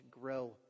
grow